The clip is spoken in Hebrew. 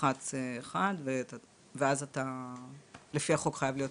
תלחץ אחד ואז לפי החוק חייב להיות.